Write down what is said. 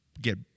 get